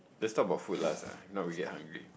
let's talk about food last ah if not we get hungry